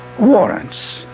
Warrants